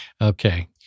Okay